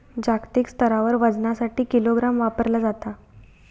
जागतिक स्तरावर वजनासाठी किलोग्राम वापरला जाता